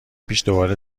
پیش، دوباره